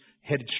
headed